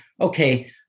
okay